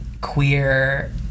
queer